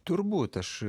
turbūt aš